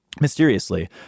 mysteriously